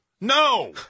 No